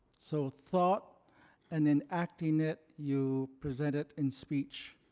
so thought and enacting it, you present it in speech.